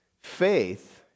Faith